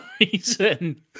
reason